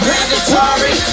Mandatory